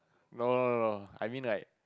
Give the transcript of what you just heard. no no no no I mean like